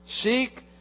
Seek